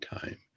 time